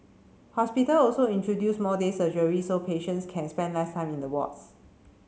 hospital also introduced more day surgeries so patients can spend less time in the wards